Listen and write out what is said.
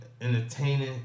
entertaining